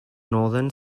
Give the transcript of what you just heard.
northern